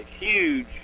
huge